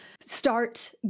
start